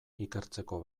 ikertzeko